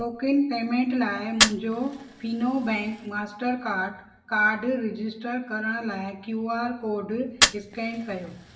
token payment लाइ मुंहिंजो Fino bank Mastercard card register करण लाइ क्यू आर कोड स्कैन कयो